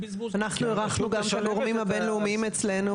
אנחנו אירחנו את הגורמים הבין הלאומיים אצלנו,